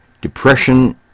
Depression